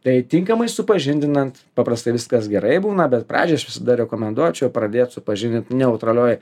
tai tinkamai supažindinant paprastai viskas gerai būna bet pradžiai aš visada rekomenduočiau pradėt supažindint neutralioj